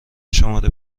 شماره